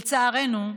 לצערנו,